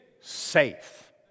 Safe